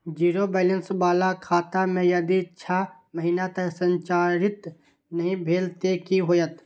Zero balance बाला खाता में यदि छः महीना तक संचालित नहीं भेल ते कि होयत?